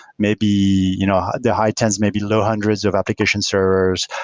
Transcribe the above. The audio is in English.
maybe you know the high tens, maybe low hundreds of application servers.